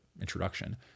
introduction